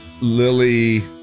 Lily